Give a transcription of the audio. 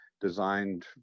designed